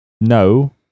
No